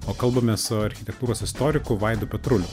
o kalbamės su architektūros istoriku vaidu petruliu